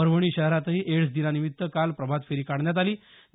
परभणी शहरातही एड्स दिनानिमित्त काल प्रभात फेरी काढण्यात आली होती